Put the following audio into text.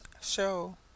show